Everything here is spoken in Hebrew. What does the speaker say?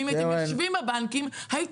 הם לא מגישים בקשות שהם